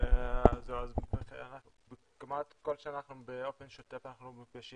אז כמעט כל שנה באופן שוטף אנחנו נפגשים